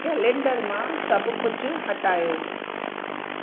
calendar मां सभु कुझु हटायो